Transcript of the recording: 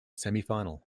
semifinal